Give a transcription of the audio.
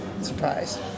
surprise